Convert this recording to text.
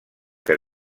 que